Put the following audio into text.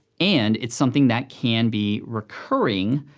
and it's something that can be recurring,